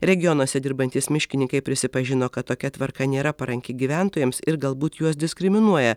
regionuose dirbantys miškininkai prisipažino kad tokia tvarka nėra paranki gyventojams ir galbūt juos diskriminuoja